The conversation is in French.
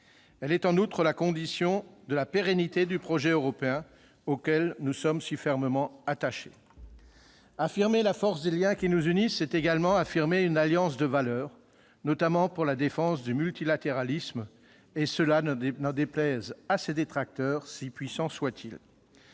Elle est en outre la condition de la pérennité du projet européen, auquel nous sommes si fermement attachés. Affirmer la force des liens qui nous unissent, c'est également affirmer une alliance de valeurs- je pense notamment à la défense du multilatéralisme, n'en déplaise à ses détracteurs, si puissants soient-ils.